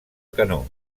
canó